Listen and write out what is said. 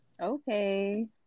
Okay